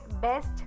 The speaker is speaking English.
best